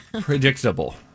predictable